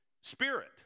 spirit